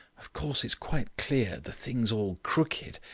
of course, it's quite clear, the thing's all crooked.